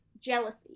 jealousy